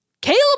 Caleb